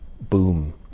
boom